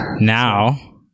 Now